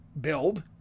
build